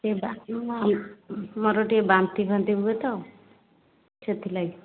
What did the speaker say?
ସେଇ ବାନ୍ତି ମୋର ଟିକିଏ ବାନ୍ତି ଫାନ୍ତି ହୁଏ ତ ସେଥିଲାଗି